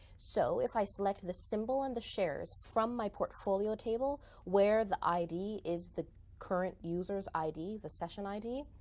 so if i select the symbol and the shares from my portfolio table, where the id is the current user's id, the session id,